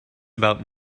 about